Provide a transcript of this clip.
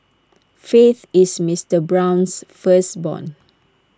faith is Mister Brown's firstborn